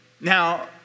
Now